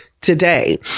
today